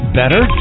better